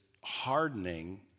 hardening